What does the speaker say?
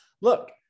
look